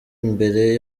imbere